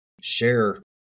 share